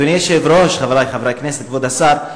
אדוני היושב-ראש, חברי חברי הכנסת, כבוד השר,